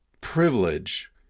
privilege